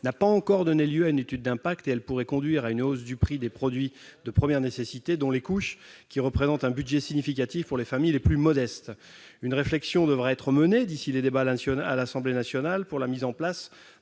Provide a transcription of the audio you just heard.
n'a pas encore donné lieu à une étude d'impact. Or elle pourrait conduire à une hausse du prix des produits de première nécessité, dont les couches, qui représentent un budget significatif pour les familles les plus modestes. Une réflexion devra être menée avant les débats à l'Assemblée nationale sur la mise en place,